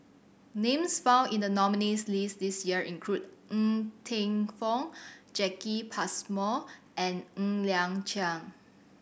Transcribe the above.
names found in the nominees' list this year include Ng Teng Fong Jacki Passmore and Ng Liang Chiang